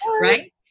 right